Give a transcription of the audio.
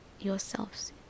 yourselves